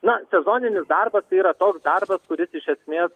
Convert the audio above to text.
na sezoninis darbas tai yra toks darbas kuris iš esmės